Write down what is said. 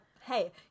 hey